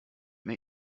mir